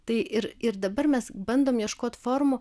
tai ir ir dabar mes bandom ieškot formų